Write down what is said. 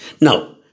Now